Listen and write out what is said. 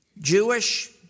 Jewish